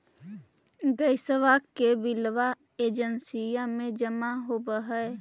गैसवा के बिलवा एजेंसिया मे जमा होव है?